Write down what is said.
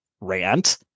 rant